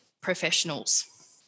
professionals